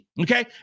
Okay